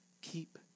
keep